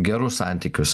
gerus santykius